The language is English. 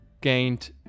gained